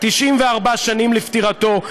94 שנים לפטירתו.